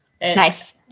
Nice